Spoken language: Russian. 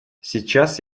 сейчас